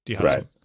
right